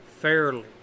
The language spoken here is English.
fairly